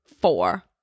four